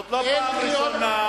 זאת לא פעם ראשונה